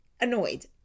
annoyed